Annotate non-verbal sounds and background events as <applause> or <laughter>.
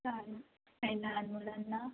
<unintelligible> काही लहान मुलांना